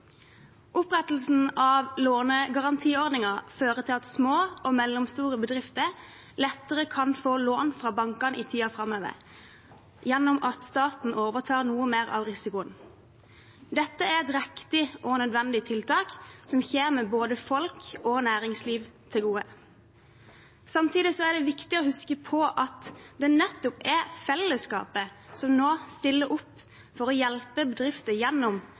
Opprettelsen av lånegarantiordningen fører til at små og mellomstore bedrifter lettere kan få lån fra bankene i tiden framover, gjennom at staten overtar noe mer av risikoen. Dette er et riktig og nødvendig tiltak som kommer både folk og næringsliv til gode. Samtidig er det viktig å huske på at det nettopp er fellesskapet som nå stiller opp for å hjelpe bedrifter gjennom